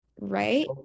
right